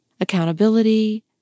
Accountability